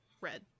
red